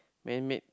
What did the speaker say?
man made